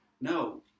No